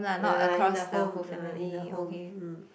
uh in a home uh in a home mm